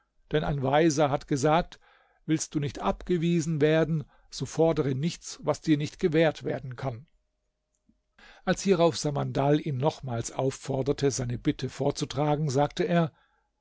denn ein weiser hat gesagt willst du nicht abgewiesen werden so fordere nichts was dir nicht gewährt werden kann als hierauf samandal ihn nochmals aufforderte seine bitte vorzutragen sagte er